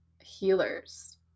healers